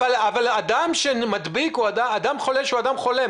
אדם חולה הוא אדם חולה.